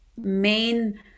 main